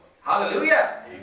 Hallelujah